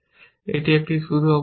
এটি একটি শুরু অবস্থা